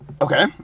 Okay